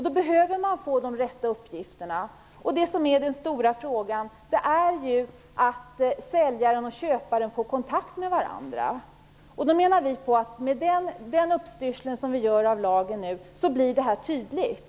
Då behöver man få de rätta uppgifterna. Den stora frågan är att se till att säljaren och köparen får kontakt med varandra. Med den ändring av lagen som vi nu gör blir det hela tydligt.